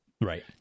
Right